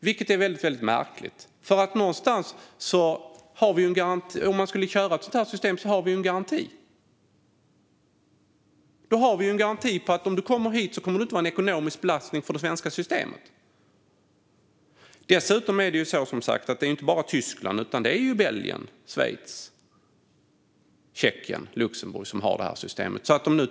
Och det är väldigt märkligt, för om man skulle köra ett sådant här system skulle vi ju ha en garanti. Då skulle vi ha en garanti för att den som kommer hit inte kommer att vara en ekonomisk belastning för det svenska systemet. Det handlar som sagt inte heller bara om Tyskland, utan Belgien, Schweiz, Tjeckien och Luxemburg har också detta system.